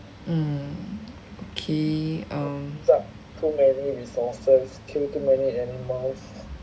mm okay um